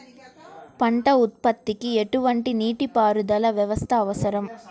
పంట ఉత్పత్తికి ఎటువంటి నీటిపారుదల వ్యవస్థ అవసరం?